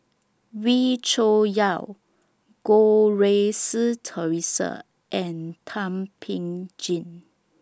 Wee Cho Yaw Goh Rui Si Theresa and Thum Ping Tjin